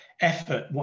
effort